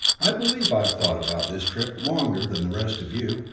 i believe i've thought about this trip longer than the rest of you,